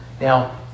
Now